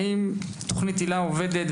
האם תוכנית היל"ה עובדת?